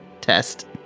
test